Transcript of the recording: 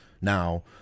now